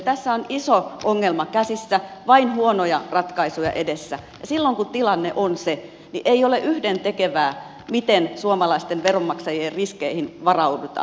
tässä on iso ongelma käsissä ja vain huonoja ratkaisuja edessä ja silloin kun tilanne on se ei ole yhdentekevää miten suomalaisten veronmaksajien riskeihin varaudutaan